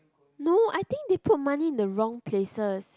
no I think they put money in the wrong places